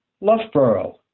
Loughborough